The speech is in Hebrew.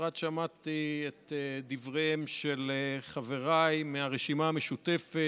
בפרט שמעתי את דבריהם של חבריי מהרשימה המשותפת,